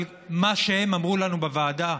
אבל מה שהם אמרו לנו בוועדה: